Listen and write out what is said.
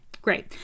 great